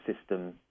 system